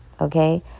Okay